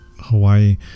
hawaii